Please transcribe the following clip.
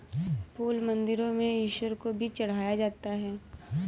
फूल मंदिरों में ईश्वर को भी चढ़ाया जाता है